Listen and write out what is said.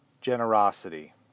generosity